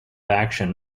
action